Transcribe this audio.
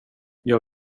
jag